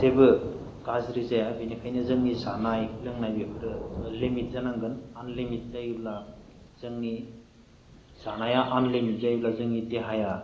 जेबो गाज्रि जाया बेनिखायनो जोंनि जानाय लोंनाय बेफोरो लिमिट जानांगोन आनलिमिट जायोब्ला जोंनि जानाया आनलिमिट जायोब्ला जोंनि देहाया